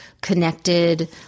connected